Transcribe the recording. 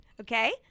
Okay